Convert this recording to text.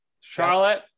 Charlotte